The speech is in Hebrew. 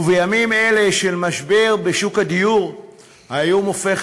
ובימים אלה של משבר בשוק הדיור האיום הופך